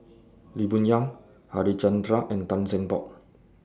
Lee Boon Yang Harichandra and Tan Cheng Bock